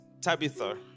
Tabitha